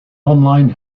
online